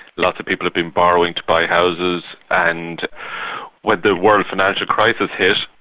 lots of people had been borrowing to buy houses, and when the world financial crisis hit,